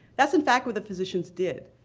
that's in fact what the physicians did.